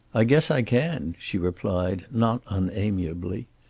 i guess i can, she replied, not unamiably.